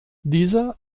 dieser